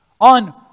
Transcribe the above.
on